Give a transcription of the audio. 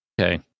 Okay